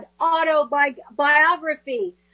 autobiography